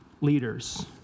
leaders